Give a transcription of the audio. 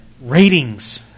Ratings